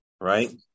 Right